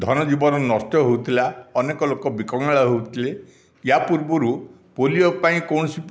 ଧନ ଜୀବନ ନଷ୍ଟ ହେଉଥିଲା ଅନେକ ଲୋକେ ବିକାଙ୍ଗାଳ ହେଉଥିଲେ ୟା ପୂର୍ବରୁ ପୋଲିଓ ପାଇଁ କୌଣସି